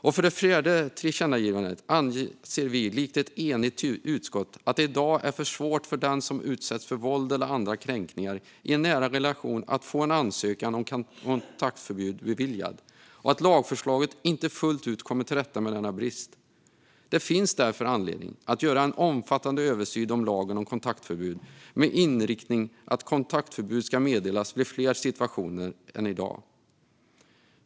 Likt ett enigt utskott anser vi också att det i dag är för svårt för den som utsätts för våld eller andra kränkningar i en nära relation att få en ansökan om kontaktförbud beviljad och att lagförslaget inte fullt ut kommer till rätta med denna brist. Det finns därför anledning att göra en omfattande översyn av lagen om kontaktförbud med inriktningen att kontaktförbud ska meddelas vid fler situationer än i dag.